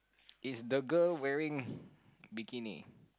is the girl wearing bikini